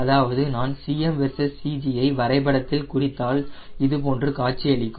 அதாவது நான் Cm versus CG ஐ வரைபடத்தில் குறித்தால் இது போன்று காட்சியளிக்கும்